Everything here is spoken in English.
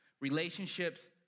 Relationships